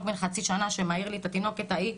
בן חצי שנה שמעיר לי את התינוקת ההיא,